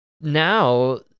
now